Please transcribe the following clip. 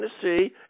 tennessee